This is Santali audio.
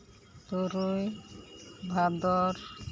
ᱛᱩᱨᱩᱭ ᱵᱷᱟᱫᱚᱨ